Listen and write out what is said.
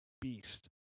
beast